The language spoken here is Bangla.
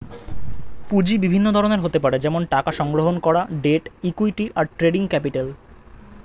পুঁজি বিভিন্ন ধরনের হতে পারে যেমন টাকা সংগ্রহণ করা, ডেট, ইক্যুইটি, আর ট্রেডিং ক্যাপিটাল